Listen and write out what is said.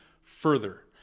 further